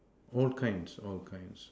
all kinds all kinds